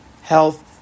health